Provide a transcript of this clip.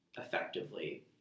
effectively